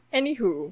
Anywho